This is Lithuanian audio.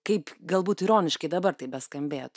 kaip galbūt ironiškai dabar tai beskambėtų